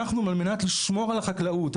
על מנת לשמור על החקלאות,